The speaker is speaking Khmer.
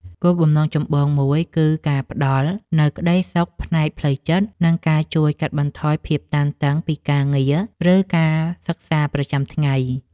គោលបំណងចម្បងមួយគឺការផ្ដល់នូវ ក្ដីសុខផ្នែកផ្លូវចិត្ត និងការជួយកាត់បន្ថយភាពតានតឹងពីការងារ ឬការសិក្សាប្រចាំថ្ងៃ។